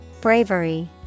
Bravery